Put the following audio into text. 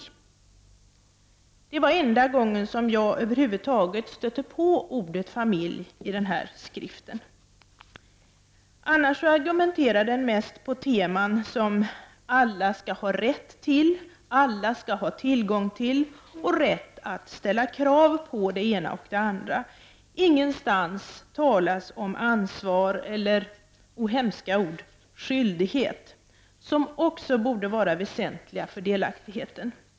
Det här var enda gången som jag över huvud taget stötte på ordet familj i denna skrift. Den argumenterar annars på teman som ”alla skall ha rätt till”, ”alla skall ha tillgång till” och ”rätt att ställa krav på” det ena eller andra. Ingenstans talas om ansvar eller — oh, hemska ord — skyldighet, något som också borde anses väsentligt för delaktigheten.